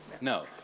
no